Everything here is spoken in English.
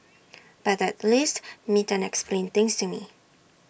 but at least meet and explain things to me